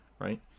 right